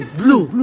blue